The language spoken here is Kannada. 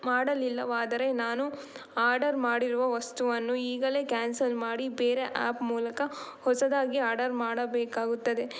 ಮಾಡಲಿಲ್ಲವಾದರೆ ನಾನು ಆಡರ್ ಮಾಡಿರುವ ವಸ್ತುವನ್ನು ಈಗಲೇ ಕ್ಯಾನ್ಸಲ್ ಮಾಡಿ ಬೇರೆ ಆ್ಯಪ್ ಮೂಲಕ ಹೊಸದಾಗಿ ಆಡರ್ ಮಾಡಬೇಕಾಗುತ್ತದೆ